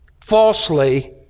falsely